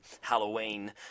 Halloween